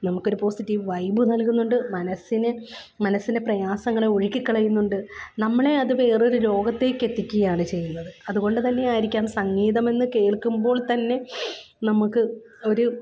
നമുക്കൊരു positive vibe നൽകുന്നുണ്ട് മനസ്സിന് മനസ്സിൻ്റെ പ്രയാസങ്ങളെ ഒഴുക്കിക്കളയുന്നുണ്ട് നമ്മളെ അത് വേറൊരു ലോകത്തേക്കെത്തിക്കുകയാണ് ചെയ്യുന്നത് അതുകൊണ്ട് തന്നെയായിരിക്കാം സംഗീതമെന്ന് കേൾക്കുമ്പോൾ തന്നെ നമ്മള്ക്ക് ഒരു